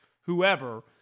whoever